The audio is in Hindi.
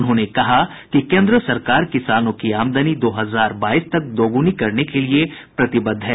उन्होंने कहा कि केन्द्र सरकार किसानों की आमदनी दो हजार बाईस तक दोगुनी करने के लिये प्रतिबद्ध है